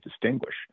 distinguish